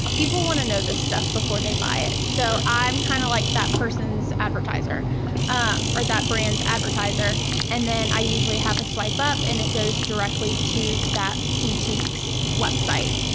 people want to know this stuff before they buy it. so i'm kind of like that person's advertiser or that brand's advertiser and then i usually have a swipe up and it goes directly to that boutique's website.